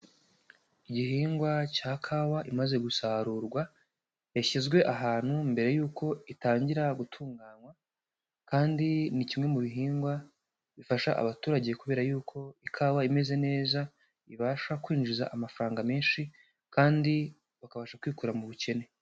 Igihingwa cya kawa imaze gusarurwa, yashyizwe ahantu mbere yuko itangira gutunganywa kandi ni kimwe mu bihingwa bifasha abaturage kubera yuko ikawa imeze neza ibasha kwinjiza amafaranga menshi kandi bakabasha kwikura mu bukene.